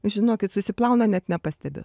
žinokit susiplauna net nepastebi